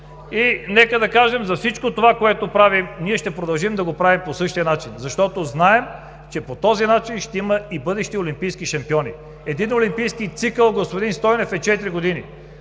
И нека да кажем за всичко това, което правим – ние ще продължим да го правим по същия начин, защото знаем, че по този начин ще има и бъдещи олимпийски шампиони! Един олимпийски цикъл, господин Стойнев, е четири години.